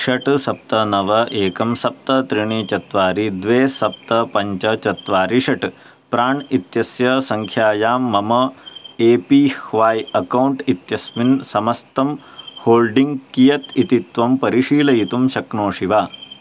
षट् सप्त नव एकं सप्त त्रीणि चत्वारि द्वे सप्त पञ्च चत्वारि षट् प्राण् इत्यस्य सङ्ख्यायां मम ए पी ह्वाय् अकौण्ट् इत्यस्मिन् समस्तं होल्डिङ्ग् कियत् इति त्वं परिशीलयितुं शक्नोषि वा